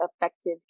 effective